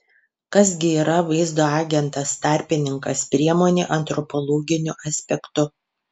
kas gi yra vaizdo agentas tarpininkas priemonė antropologiniu aspektu